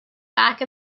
back